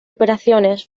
operaciones